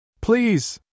Please